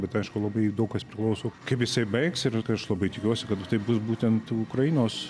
bet aišku labai daug kas priklauso kaip jisai baigs ir aš labai tikiuosi kad tai bus būtent ukrainos